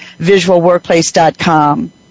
visualworkplace.com